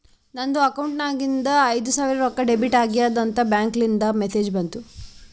ನನ್ ಅಕೌಂಟ್ ನಾಗಿಂದು ಐಯ್ದ ಸಾವಿರ್ ರೊಕ್ಕಾ ಡೆಬಿಟ್ ಆಗ್ಯಾದ್ ಅಂತ್ ಬ್ಯಾಂಕ್ಲಿಂದ್ ಮೆಸೇಜ್ ಬಂತು